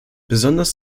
besonders